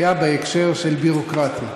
היה בהקשר של ביורוקרטיה,